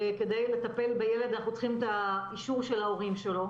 וכדי לטפל בילד אנחנו צריכים את האישור של ההורים שלו,